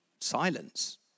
silence